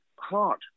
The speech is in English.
Hard